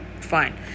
fine